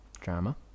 drama